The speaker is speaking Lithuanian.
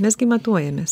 mes gi matuojamės